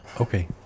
okay